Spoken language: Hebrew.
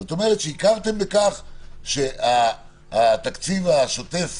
זאת אומרת שהכרתם בכך שהתקציב השוטף